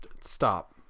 stop